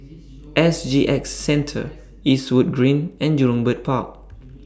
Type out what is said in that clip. S G X Centre Eastwood Green and Jurong Bird Park